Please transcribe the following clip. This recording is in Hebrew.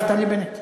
השר נפתלי בנט.